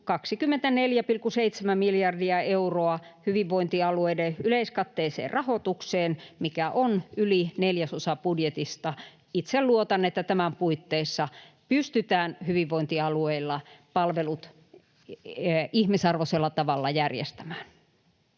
24,7 miljardia euroa hyvinvointialueiden yleiskatteelliseen rahoitukseen, mikä on yli neljäsosa budjetista. Itse luotan, että tämän puitteissa pystytään hyvinvointialueilla palvelut ihmisarvoisella tavalla järjestämään.